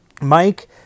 Mike